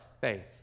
faith